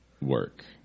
work